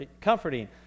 comforting